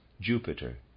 Jupiter